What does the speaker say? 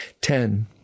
Ten